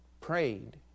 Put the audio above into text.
prayed